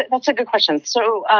that's a good question. so,